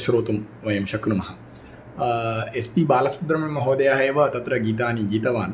श्रोतुं वयं शक्नुमः एस् पि बालसुब्रणम् महोदयः एव तत्र गीतानि गीतवान्